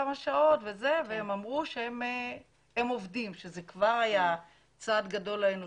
להוציא כספים לאנשים שנפגעו בעבודה ולא צלחו לעשות